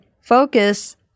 focus